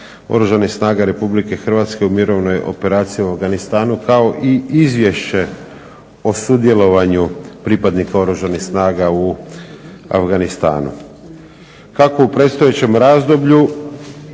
Oružanih snaga Republike Hrvatske u mirovnoj operaciji u Afganistanu, kao i Izvješće o sudjelovanju pripadnika Oružanih snaga u Afganistanu. Kako u predstojećem razdoblju